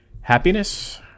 happiness